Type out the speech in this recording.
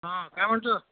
हां काय म्हटलं